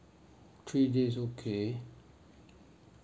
three days okay